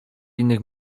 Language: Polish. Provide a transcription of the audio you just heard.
innych